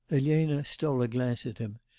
elena stole a glance at him,